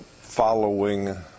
following